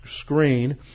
screen